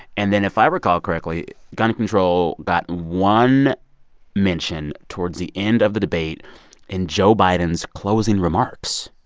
and then if i recall correctly, gun control got one mention towards the end of the debate in joe biden's closing remarks.